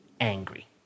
angry